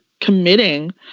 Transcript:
committing